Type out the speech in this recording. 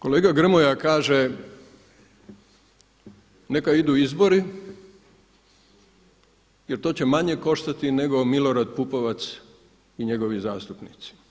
Kolega Grmoja kaže neka idu izbori jer to će manje koštati nego Milorad Pupovac i njegovi zastupnici.